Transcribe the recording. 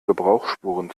gebrauchsspuren